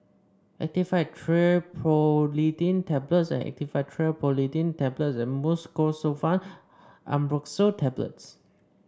Actifed Triprolidine Tablets Actifed Triprolidine Tablets and Mucosolvan AmbroxoL Tablets